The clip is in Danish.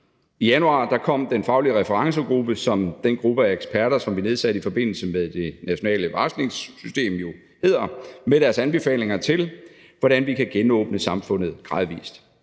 I januar kom den faglige referencegruppe – som den gruppe af eksperter, som vi nedsatte i forbindelse med det nationale varslingssystem, jo hedder – med deres anbefalinger til, hvordan vi kan genåbne samfundet gradvis.